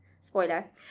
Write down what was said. spoiler